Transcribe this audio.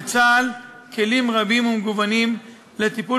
לצה"ל כלים רבים ומגוונים לטיפול